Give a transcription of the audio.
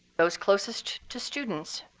those closest to students,